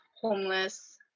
homeless